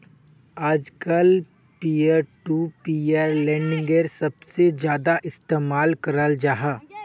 आजकल peer to peer लेंडिंगेर सबसे ज्यादा इस्तेमाल कराल जाहा